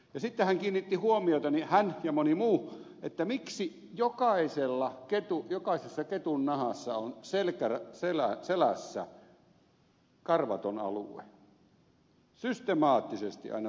ja sitten hän ja moni muu kiinnitti huomiota siihen että miksi jokaisessa ketunnahassa on selässä karvaton alue systemaattisesti aina samassa kohti